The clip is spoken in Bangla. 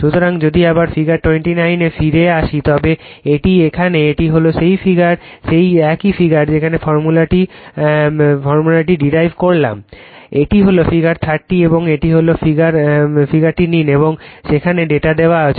সুতরাং যদি আবার ফিগার 29 এ ফিরে আসি তবে এটি এখানে এটি হল সেই একই ফিগার যেখানে ফর্মুলাটি ডিরাইভ করেছিলাম এটি হল ফিগার 30 এবং এটি হল এই ফিগারটি নিন এবং সেখানে ডেটা দেওয়া হয়েছে